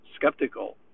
skeptical